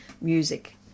music